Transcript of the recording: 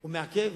הוא מעכב,